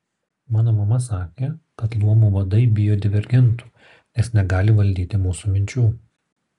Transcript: mano mama sakė kad luomų vadai bijo divergentų nes negali valdyti mūsų minčių